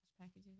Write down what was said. packages